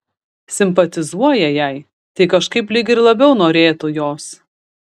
simpatizuoja jai tai kažkaip lyg ir labiau norėtų jos